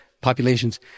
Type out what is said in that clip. Populations